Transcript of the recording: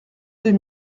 deux